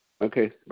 Okay